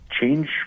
change